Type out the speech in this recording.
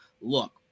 look